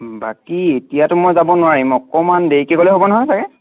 বাকী এতিয়াতো মই যাব নোৱাৰিম অকণমান দেৰিকৈ গ'লে হ'ব নহয় চাগে